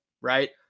right